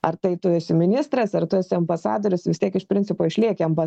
ar tai tu esi ministras ar tu esi ambasadorius vis tiek iš principo išlieki ambas